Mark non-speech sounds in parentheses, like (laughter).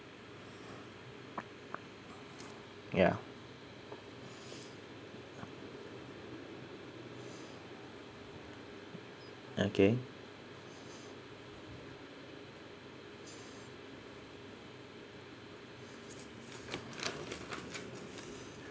yeah (breath) okay (breath)